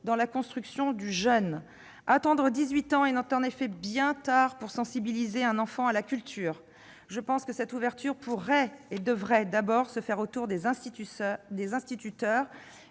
dans la construction du jeune. Attendre l'âge de 18 ans est en effet bien tard pour sensibiliser un enfant à la culture. Je pense que cette ouverture pourrait et devrait d'abord se faire avec les instituteurs